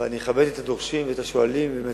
אבל אכבד את הדורשים, את השואלים והמציעים